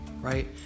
right